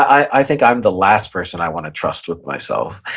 i think i'm the last person i want to trust with myself.